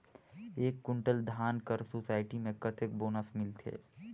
एक कुंटल धान कर सोसायटी मे कतेक बोनस मिलथे?